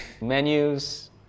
menus